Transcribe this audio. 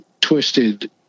twisted